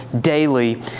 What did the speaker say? daily